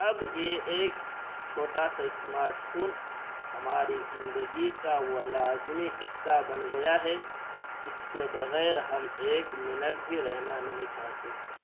اب یہ ایک چھوٹا سا اسمارٹ فون ہماری زندگی کا وہ لازمی حصہ بن گیا ہے جس کے بغیر ہم ایک منٹ بھی رہنا نہیں چاہتے